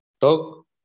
talk